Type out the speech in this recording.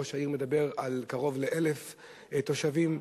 ראש העיר מדבר על קרוב ל-1,000 תושבים,